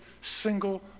single